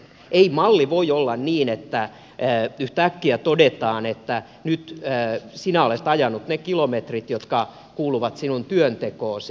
ei malli voi olla sellainen että yhtäkkiä todetaan että nyt sinä olet ajanut ne kilometrit jotka kuuluvat sinun työntekoosi